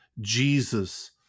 Jesus